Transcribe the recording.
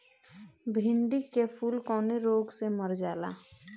भिन्डी के फूल कौने रोग से मर जाला?